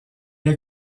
est